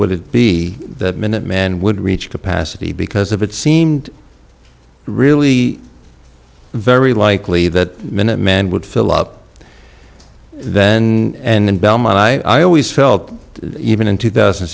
would it be that minuteman would reach capacity because if it seemed really very likely that minutemen would fill up then and in belmont i always felt even in two thousand